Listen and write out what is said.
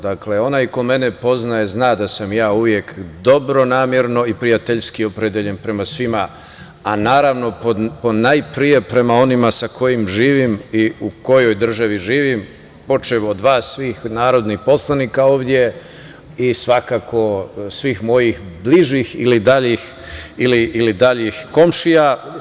Dakle, onaj ko mene poznaje, zna da sam ja uvek dobronamerno i prijateljski opredeljen prema svima, a naravno, ponajpre prema onima sa kojima živim i u kojoj državi živim, počev od vas svih narodnih poslanika ovde i svakako svih mojih bližih ili daljih komšija.